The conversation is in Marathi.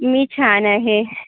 मी छान आहे